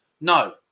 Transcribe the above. No